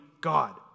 God